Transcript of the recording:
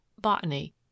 botany